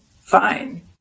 fine